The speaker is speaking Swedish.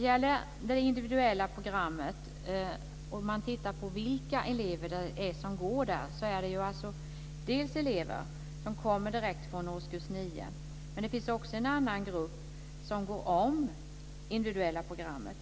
Om man tittar på vilka elever som går det individuella programmet ser man att det dels är elever från årskurs 9, dels elever som går om individuella programmet.